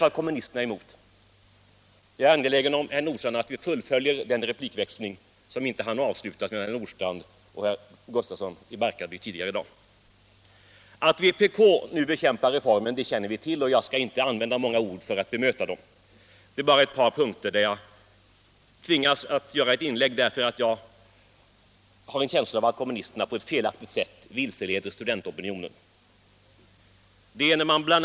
Kommunisterna är ju emot den. Jag är angelägen om att vi fullföljer den replikväxling som inte hann avslutas mellan herr Nordstrandh och herr Gustafsson i Barkarby tidigare i dag. Att vpk nu bekämpar reformen känner vi till, och jag skall inte använda många ord för att bemöta vpk:s talare. Det är bara på ett par punkter som jag tvingas att göra ett inlägg, därför att kommunisterna vilseleder studentopinionen. Bl.